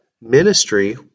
ministry